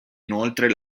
inoltre